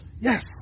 Yes